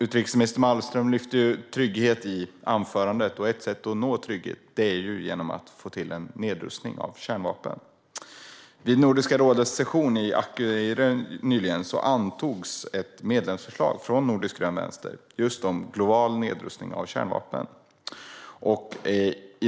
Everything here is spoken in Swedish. Utrikesminister Wallström lyfte trygghet i anförandet. Ett sätt att nå trygghet är att få till en nedrustning av kärnvapen. Vid Nordiska rådets session i Akureyri nyligen antogs ett medlemsförslag från Nordisk grön vänster just om global nedrustning av kärnvapen.